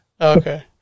Okay